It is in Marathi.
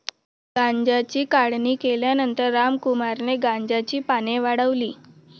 गांजाची काढणी केल्यानंतर रामकुमारने गांजाची पाने वाळवली